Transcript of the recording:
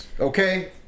Okay